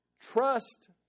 trust